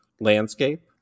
landscape